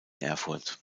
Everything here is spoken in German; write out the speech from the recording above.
erfurt